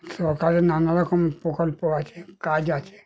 সরকারের নানারকম প্রকল্প আছে কাজ আছে